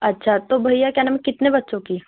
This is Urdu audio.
اچھا تو بھیا کیا نام ہے کتنے بچوں کی